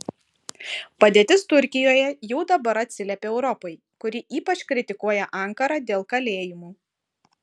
padėtis turkijoje jau dabar atsiliepia europai kuri ypač kritikuoja ankarą dėl kalėjimų